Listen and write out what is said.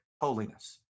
holiness